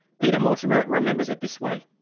peter mortimore remembers it this way.